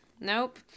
nope